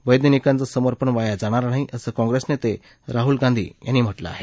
वैज्ञानिकांचं समर्पण वाया जाणार नाही असं काँग्रेसनेते राहुल गांधी यांनी म्हटलं आहे